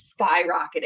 skyrocketing